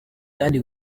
kandi